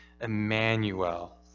Emmanuel